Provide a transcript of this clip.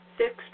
Six